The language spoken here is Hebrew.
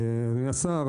אדוני השר,